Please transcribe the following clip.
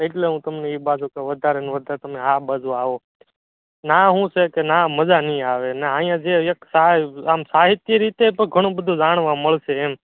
એટલે હું તમને એ બાજુ કહું વધારે ને વધારે તમે આ બાજુ આવો તમે ત્યાં ત્યાં શું સે મઝા નહીં આવે ત્યાં અહીં જે એક આમ જે આમ સાહિત્ય રીતે તો ઘણું બધું જાણવા મળશે એમ